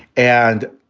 and,